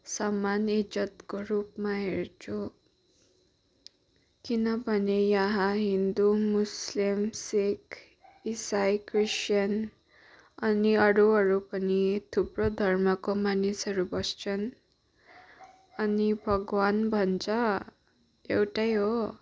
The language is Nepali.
सामान्य इज्जतको रूपमा हेर्छु किनभने यहाँ हिन्दू मुस्लिम सिख इसाई क्रिस्चियन अनि अरूहरू पनि थुप्रो धर्मको मानिसहरू बस्छन् अनि भगवान भन्छ एउटै हो